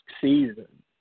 season